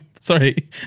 Sorry